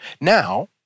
Now